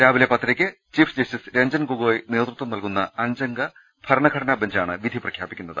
രാവിലെ പത്തരയ്ക്ക് chief justice Ranjan Gogoi നേതൃത്വം നൽകുന്ന അഞ്ചംഗ ഭരണഘടനാ ബെഞ്ചാണ് വിധി പ്രഖ്യാപിക്കുന്നത്